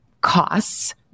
costs